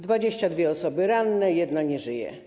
22 osoby ranne, jedna nie żyje.